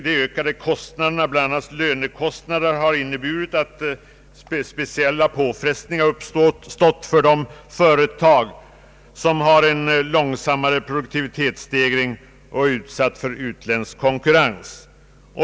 De ökade kostnaderna, bl.a. lönekostnaderna, har inneburit att speciella påfrestningar har uppstått för de företag som har en långsammare produktivitetsstegring och utsatts för utländsk konkurrens.